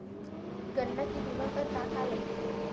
गन्ना के बीमा बर का का लगथे?